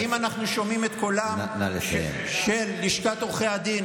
האם אנחנו שומעים את קולה של לשכת עורכי הדין